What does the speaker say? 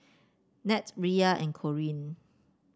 Nat Riya and Corinne